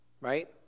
Right